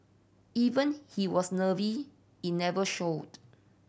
even he was nervy in never showed